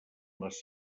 les